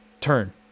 turn